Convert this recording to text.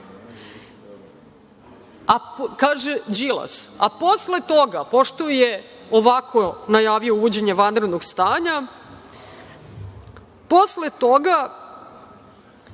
Đilas, posle toga, pošto je ovako najavio uvođenje vanrednog stanja, posle toga